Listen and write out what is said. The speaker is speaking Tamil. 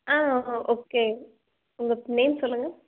ஆ ஓகே உங்க நேம் சொல்லுங்கள்